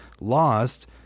lost